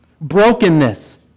Brokenness